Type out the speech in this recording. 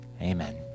Amen